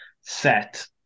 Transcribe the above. set